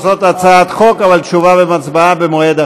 הצעת חוק הביטוח